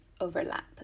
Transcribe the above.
overlap